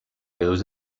goes